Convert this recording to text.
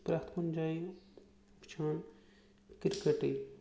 پرٛٮ۪تھ کُنہِ جایہِ وٕچھان کِرکَٹٕے